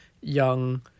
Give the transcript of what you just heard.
young